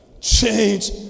Change